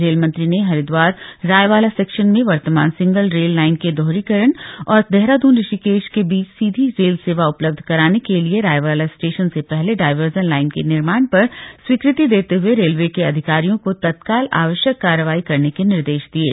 rail मंत्री ने Haridwar Raiwala section में वर्तमान सिंगल रेल लाईन के दोहरीकरण और देहरादुन ऋषिकेश के बीच सीधी रेल सेवा उपलब्ध कराने के लिए रायवाला स्टेशन से पहले डायवर्जन लाइन के निर्माण पर स्वीकृति देते हुए रेलवे के अधिकारियों को तत्काल आवश्यक कार्रवाई करने के निर्देश दिये